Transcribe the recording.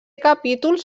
capítols